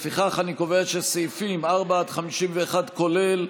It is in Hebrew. לפיכך, אני קובע שסעיפים 4 51, כולל,